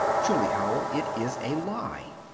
truly, howell, it is a lie!